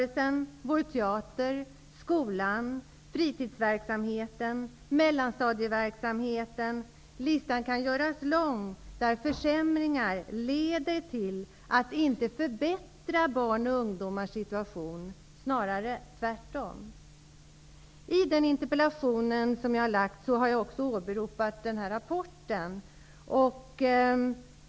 listan kan göras lång över områden där försämringar leder till att ungdomars situation förvärras. I den interpellation som jag har ställt har jag också åberopat Sveriges rapport till FN.